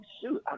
shoot